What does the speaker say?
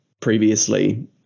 previously